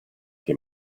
che